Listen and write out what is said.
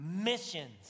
missions